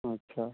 अच्छा